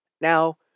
Now